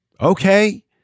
Okay